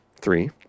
three